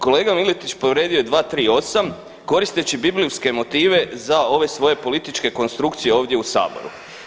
Kolega Miletić povrijedio je 238. koristeći biblijske motive za ove svoje političke konstrukcije ovdje u saboru.